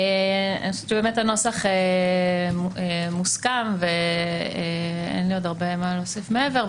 אני חושבת שהנוסח מוסכם ואין לי עוד הרבה מה להוסיף מעבר.